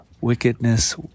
wickedness